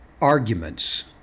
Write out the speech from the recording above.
Arguments